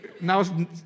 Now